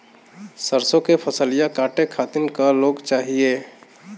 सरसो के फसलिया कांटे खातिन क लोग चाहिए?